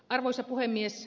arvoisa puhemies